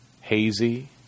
hazy